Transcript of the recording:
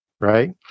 right